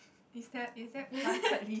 is that is that bucket list